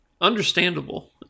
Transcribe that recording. Understandable